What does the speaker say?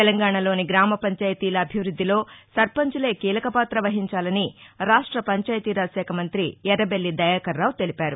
తెలంగాణలోని గ్రామ పంచాయతీల అభివృద్దిలో సర్పంచులే కీలకపాత వహించాలని రాష్ట్ష పంచాయతీరాజ్ శాఖ మంతి ఎర్రబెల్లి దయాకర్రావు తెలిపారు